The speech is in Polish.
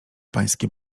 pańskie